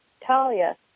Talia